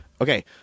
Okay